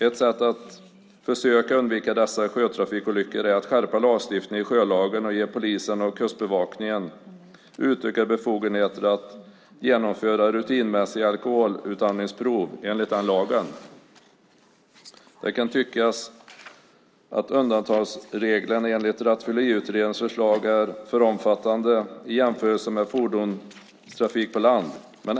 Ett sätt att försöka undvika dessa sjötrafikolyckor är att skärpa lagstiftningen i sjölagen och ge polisen och Kustbevakningen utökade befogenheter att genomföra rutinmässiga alkoholutandningsprov enligt den lagen. Det kan tyckas att undantagsreglerna enligt Rattfylleriutredningens förslag är för omfattande i jämförelse med reglerna för fordonstrafik på land.